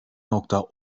nokta